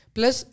Plus